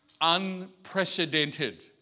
unprecedented